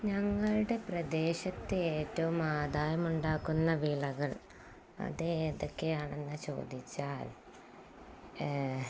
ഞങ്ങളുടെ പ്രദേശത്ത് ഏറ്റവും ആദായമുണ്ടാക്കുന്ന വിളകൾ അത് ഏതൊക്കെയാണെന്നു ചോദിച്ചാൽ